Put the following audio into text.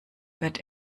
wird